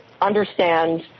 understand